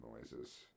noises